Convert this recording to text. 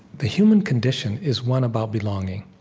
the human condition is one about belonging.